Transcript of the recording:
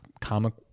comic